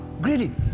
greedy